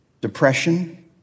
depression